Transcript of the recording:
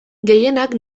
gehienak